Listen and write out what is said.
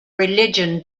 religion